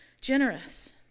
generous